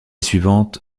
suivante